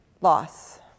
loss